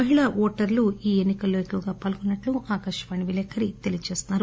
మహిళా ఓటర్లు ఈ ఎన్నికల్లో ఎక్కువగా పాల్గొన్నట్లు ఆకాశవాణి విలేకరి తెలియచేస్తున్నారు